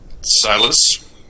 Silas